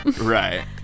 Right